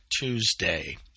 Tuesday